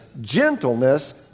gentleness